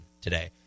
today